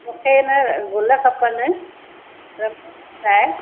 मूंखे न गुल खपनि फ्रैश